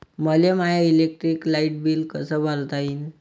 मले my electric light bill कस भरता येईल?